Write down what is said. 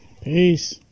peace